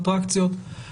ואטרקציות,